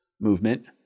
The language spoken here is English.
movement